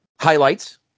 highlights